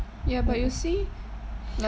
ya but you see like